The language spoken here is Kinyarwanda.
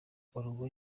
org